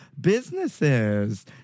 businesses